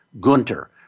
Gunter